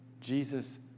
Jesus